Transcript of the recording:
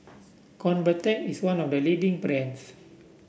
Convatec is one of the leading brands